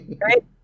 Right